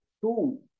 two